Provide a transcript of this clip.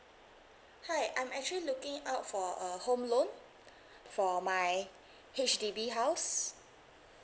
hi I'm actually looking out for a home loan for my H_D_B house